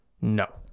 no